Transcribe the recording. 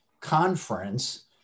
conference